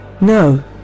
No